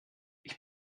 ich